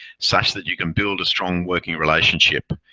such that you can build a strong working relationship.